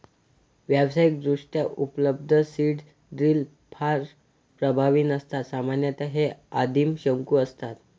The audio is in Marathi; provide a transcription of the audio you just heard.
व्यावसायिकदृष्ट्या उपलब्ध सीड ड्रिल फार प्रभावी नसतात सामान्यतः हे आदिम शंकू असतात